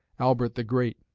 albert the great,